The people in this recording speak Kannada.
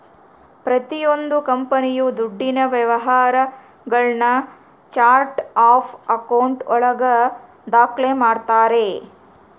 ಪ್ರತಿಯೊಂದು ಕಂಪನಿಯು ದುಡ್ಡಿನ ವ್ಯವಹಾರಗುಳ್ನ ಚಾರ್ಟ್ ಆಫ್ ಆಕೌಂಟ್ ಒಳಗ ದಾಖ್ಲೆ ಮಾಡ್ತಾರೆ